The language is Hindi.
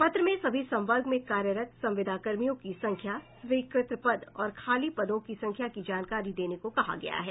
पत्र में सभी संवर्ग में कार्यरत संविदा कर्मियों की संख्या स्वीकृत पद और खाली पदों की संख्या की जानकारी देने को कहा गया है